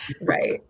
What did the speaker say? Right